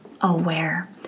aware